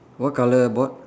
what color the board